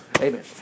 amen